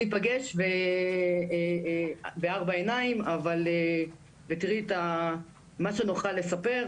ניפגש בארבע עיניים ותראי את מה שנוכל לספר,